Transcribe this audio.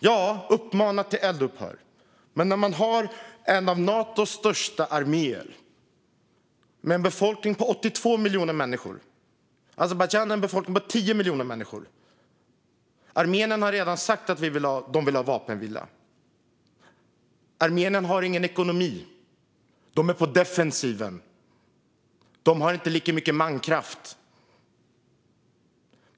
Ja, uppmana till eldupphör! Man har en av Natos största arméer och en befolkning på 82 miljoner människor. Azerbajdzjan har en befolkning på 10 miljoner människor. Armenien har redan sagt att de vill ha vapenvila. Armenien har ingen ekonomi. De är på defensiven. De har inte lika mycket mankraft.